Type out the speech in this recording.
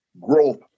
growth